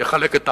יחלק את הארץ,